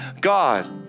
God